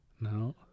No